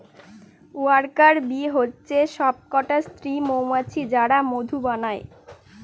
worker bee হচ্ছে সবকটা স্ত্রী মৌমাছি যারা মধু বানায়